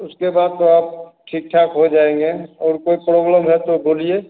उसके बाद आप ठीक ठाक हो जाएँगे और कोई प्रॉब्लम है तो बोलिए